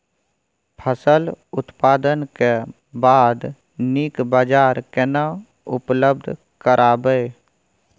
फसल उत्पादन के बाद नीक बाजार केना उपलब्ध कराबै?